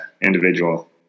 individual